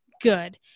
good